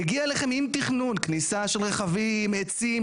מגיע אליכם עם תכנון כניסה של רכבים ,עצים,